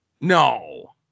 No